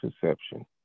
perception